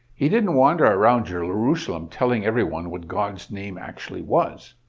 he didn't wander around jerusalem telling everyone what god's name actually was.